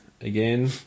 again